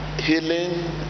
healing